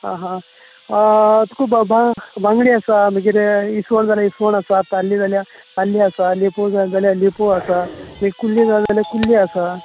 हां हां तुका बांग बांगडे आसा मागीर इस्वण जाल्यार इस्वण आसा ताल्ले जाल्या ताल्ले आसा लेपो जाय जाल्यार लेपो आसा कुल्ल्यो जाय जाल्यार कुल्ल्यो आसा